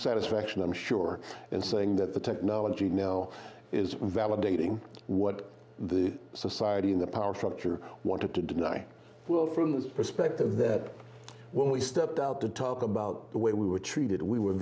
satisfaction i'm sure in saying that the technology now is validating what the society in the power structure wanted to deny will from this perspective that when we stepped out to talk about the way we were treated we were